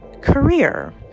career